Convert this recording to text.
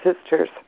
sisters